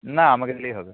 না আমাকে দিলেই হবে